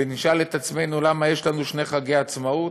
ונשאל את עצמנו למה יש לנו שני חגי עצמאות,